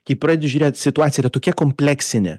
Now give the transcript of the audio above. kai pradedi žiūrėt situacija tokia kompleksinė